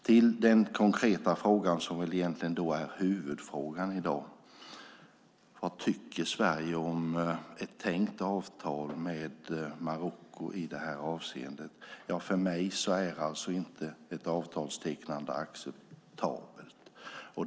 Till den konkreta frågan, som väl egentligen är huvudfrågan i dag: Vad tycker Sverige om ett tänkt avtal med Marocko i det här avseendet? För mig är alltså inte ett avtalstecknande acceptabelt.